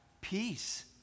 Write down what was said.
peace